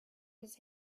his